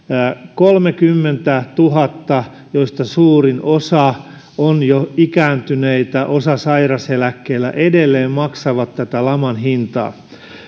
kolmekymmentätuhatta joista suurin osa on jo ikääntyneitä osa sairaseläkkeellä edelleen maksaa tätä laman hintaa